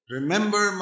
Remember